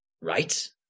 Right